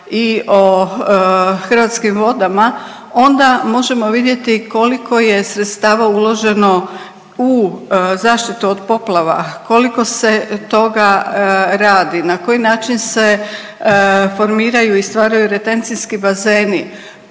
i o Hrvatskim vodama onda možemo vidjeti koliko je sredstava uloženo u zaštitu od poplava, koliko se toga radi, na koji način se formiraju i stvaraju retencijski bazeni,